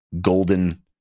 golden